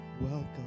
Welcome